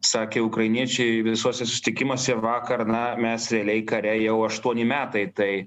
sakė ukrainiečiai visuose susitikimuose vakar na mes realiai kare jau aštuoni metai tai